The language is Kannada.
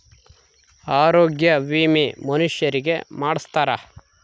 ಆರೊಗ್ಯ ವಿಮೆ ಮನುಷರಿಗೇ ಮಾಡ್ಸ್ತಾರ